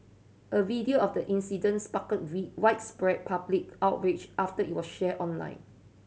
a video of the incident sparked way widespread public outrage after it was shared online